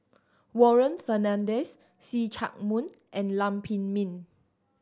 Warren Fernandez See Chak Mun and Lam Pin Min